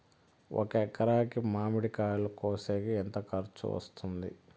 ఒక ఎకరాకి మామిడి కాయలు కోసేకి ఎంత ఖర్చు వస్తుంది?